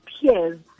peers